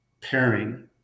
pairing